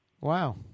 Wow